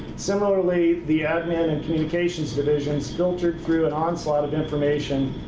similarly, the admin and communications divisions filtered through an onslaught of information,